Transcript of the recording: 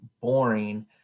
boring